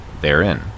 therein